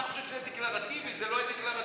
אתה חושב שזה דקלרטיבי, זה לא יהיה דקלרטיבי.